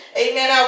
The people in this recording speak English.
amen